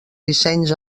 dissenys